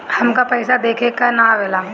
हमका पइसा देखे ना आवेला?